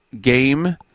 game